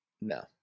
no